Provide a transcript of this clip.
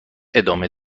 ادامه